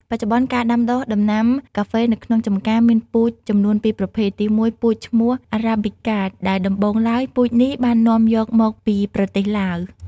បច្ចុប្បន្នការដាំដុះដំណាំកាហ្វេនៅក្នុងចម្ការ មានពូជចំនួនពីប្រភេទ ទីមួយពូជឈ្មោះ Arabica ដែលដំបូងឡើយពូជនេះបាននាំយកមកពីប្រទេសឡាវ។